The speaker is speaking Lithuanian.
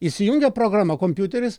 įsijungia programa kompiuteris